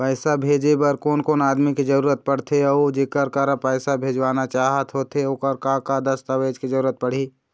पैसा भेजे बार कोन कोन आदमी के जरूरत पड़ते अऊ जेकर करा पैसा भेजवाना चाहत होथे ओकर का का दस्तावेज के जरूरत पड़ही?